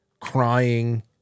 crying